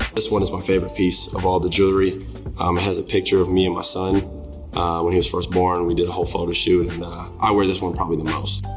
this one is my favorite piece of all the jewelry. it um has a picture of me and my son when he was first born. we did a whole photo shoot, and i wear this one probably the most.